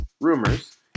Rumors